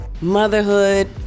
Motherhood